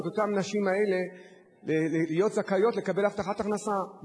אותן הנשים להיות זכאיות לקבל הבטחת הכנסה,